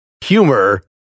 humor